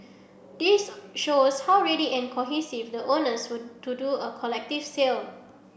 this shows how ready and cohesive the owners were to do a collective sale